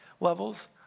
levels